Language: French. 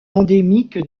endémique